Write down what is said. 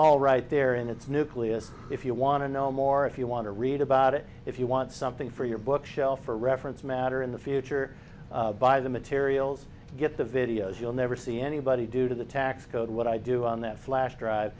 all right there in its nucleus if you want to know more if you want to read about it if you want something for your bookshelf for reference matter in the future by the materials get the videos you'll never see anybody due to the tax code what i do on that flash drive